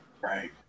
Right